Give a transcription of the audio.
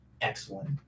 excellent